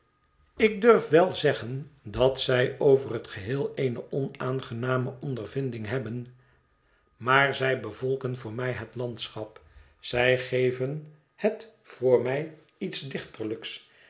ik durf wel zeggen dat zij over het geheel eene onaangename onvervinding hebben maar zij bevolken voor mij het landschap zij geven het voor mij iets